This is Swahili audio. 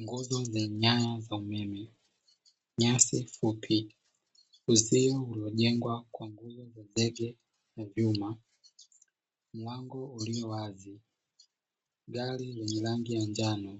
Nguzo za nyama za umeme, nyasi fupi, uzio uliojengwa kwa nguvu za zege na vyuma, mlango ulio wazi, gari lenye rangi ya njano